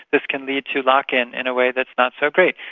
this can lead to lock-in in a way that's not so great.